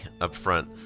upfront